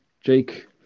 Jake